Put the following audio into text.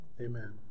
Amen